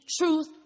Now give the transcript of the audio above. truth